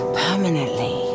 permanently